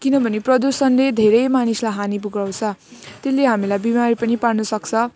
किनभने प्रदूषणले धेरै मानिसलाई हानि पुर्याउँछ त्यसले हामीलाई बिमारी पनि पार्नुसक्छ